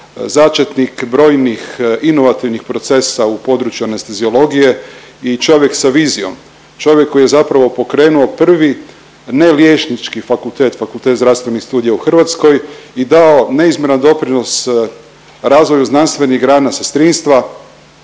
začetnik brojnih inovativnih procesa u području anesteziologije i čovjek sa vizijom. Čovjek koji je zapravo pokrenuo prvi ne liječnički fakultet, Fakultet zdravstvenih studija u Hrvatskoj i dao neizmjeran doprinos razvoju znanstvenih grana sestrinstva,